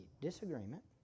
disagreement